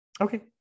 Okay